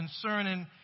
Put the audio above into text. concerning